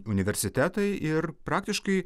universitetai ir praktiškai